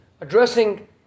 addressing